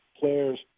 players